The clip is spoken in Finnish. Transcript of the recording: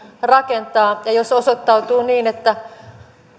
rakentaa ja jos osoittautuu että